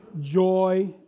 joy